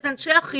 את אנשי החינוך,